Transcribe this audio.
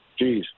Jeez